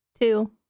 two